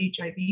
HIV